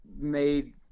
made –